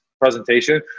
presentation